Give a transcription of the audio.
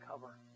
cover